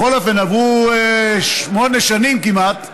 בכל אופן עברו שמונה שנים כמעט,